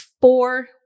four